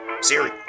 Siri